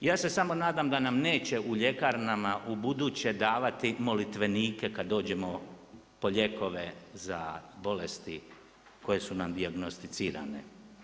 Ja se samo nadam da nam neće u ljekarnama u buduće davati molitvenike kad dođemo po lijekove za bolesti koje su nam dijagnosticirane.